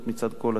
מצד כל הצדדים,